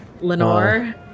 Lenore